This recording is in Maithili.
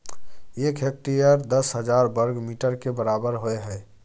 एक हेक्टेयर दस हजार वर्ग मीटर के बराबर होय हय